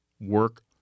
work